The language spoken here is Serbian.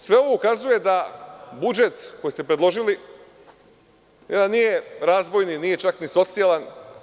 Sve ovo ukazuje da budžet koji ste predložili nije razvojni, nije čak ni socijalan.